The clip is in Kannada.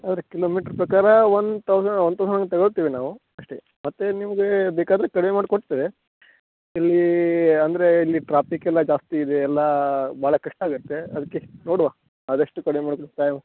ಆದರೆ ಕಿಲೋಮೀಟ್ರ್ ಪ್ರಕಾರ ಒನ್ ತೌಸ ಒನ್ ತೌಸಂಡ್ ಹಂಗೆ ತಗಳ್ತಿವಿ ನಾವು ಅಷ್ಟೇ ಮತ್ತೆ ನಿಮಗೆ ಬೇಕಾದರೆ ಕಡಿಮೆ ಮಾಡಿಕೊಡ್ತೇವೆ ಎಲ್ಲಿ ಅಂದರೆ ಇಲ್ಲಿ ಟ್ರಾಪಿಕ್ ಎಲ್ಲ ಜಾಸ್ತಿ ಇದೆ ಎಲ್ಲ ಭಾಳ ಕಷ್ಟ ಆಗುತ್ತೆ ಅದಕ್ಕೆ ನೋಡುವ ಆದಷ್ಟು ಕಡಿಮೆ